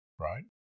right